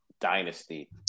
dynasty